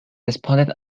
responded